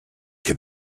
can